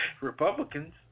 Republicans